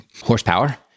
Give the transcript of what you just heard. horsepower